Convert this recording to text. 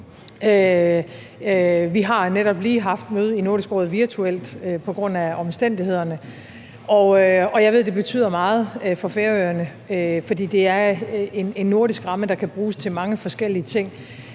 Vi har netop lige haft møde i Nordisk Råd, virtuelt på grund af omstændighederne, og jeg ved, at det betyder meget for Færøerne, fordi det er en nordisk ramme, der kan bruges til mange forskellige ting.